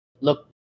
look